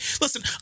Listen